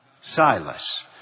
Silas